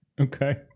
Okay